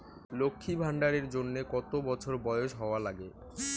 লক্ষী ভান্ডার এর জন্যে কতো বছর বয়স হওয়া লাগে?